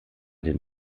den